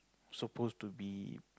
suppose to be